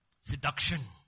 Seduction